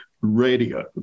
radio